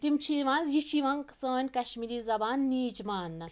تِم چھِ یِوان یہِ چھِ یِوان سٲنۍ کشمیٖری زبان نیٖچ ماننہٕ